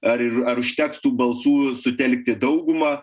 ar ir ar užteks tų balsų sutelkti daugumą